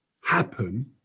happen